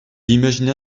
imagina